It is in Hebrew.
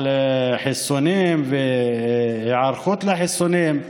על חיסונים והיערכות לחיסונים.